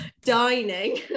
dining